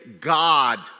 God